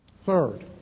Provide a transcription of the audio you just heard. Third